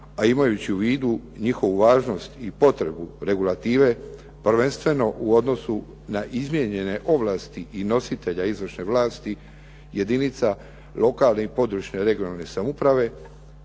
a imajući u vidu njihovu važnost i potrebu regulative, prvenstveno u odnosu na izmijenjene ovlasti i nositelja izvršne vlasti jedinica lokalne i područne regionalne samouprave,